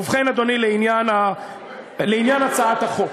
ובכן, אדוני, לעניין הצעת החוק.